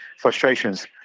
frustrations